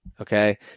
Okay